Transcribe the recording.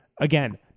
Again